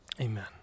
amen